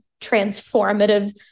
transformative